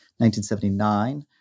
1979